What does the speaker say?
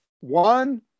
one